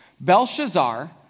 Belshazzar